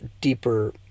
deeper